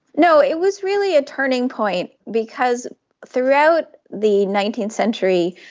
no, it was really a turning point because throughout the nineteenth century,